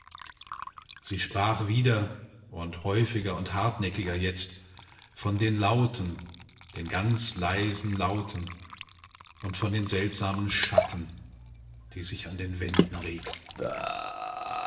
sie sprach wieder und häufiger und hartnäckiger jetzt von den lauten den ganz leisen lauten und von den seltsamen schatten die sich an den wänden regten